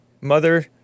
mother